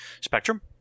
Spectrum